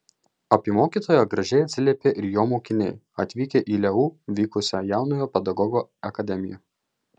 apie mokytoją gražiai atsiliepė ir jo mokiniai atvykę į leu vykusią jaunojo pedagogo akademiją